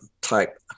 type